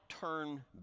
turn